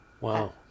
wow